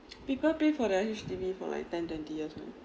people pay for the H_D_B for like ten twenty years right